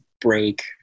break